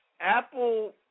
Apple